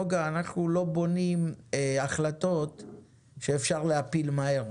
אנחנו לא בונים החלטות שאפשר להפיל מהר.